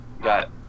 got